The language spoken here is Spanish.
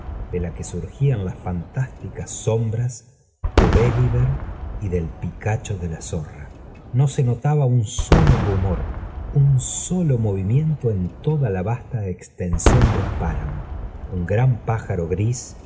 de la que surgían lae fantásticas sombras de be lliver y del picacho de la zorra no se notaba un solo rumor un solo movimiento en toda la vasta extensión del páramo un gran pájaro gris